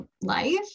life